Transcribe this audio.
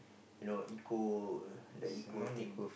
you know eco the eco thing